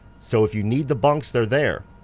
so if you need the bunks, they're there.